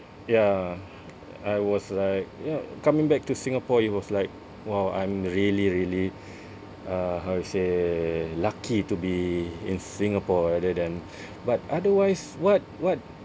ya I was like ya coming back to Singapore it was like !wow! I'm really really uh how you say lucky to be in Singapore rather than but otherwise what what